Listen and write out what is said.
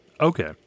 Okay